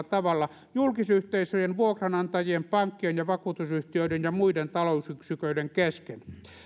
tavalla julkisyhteisöjen vuokranantajien pankkien ja vakuutusyhtiöiden ja muiden talousyksiköiden kesken